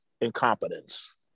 incompetence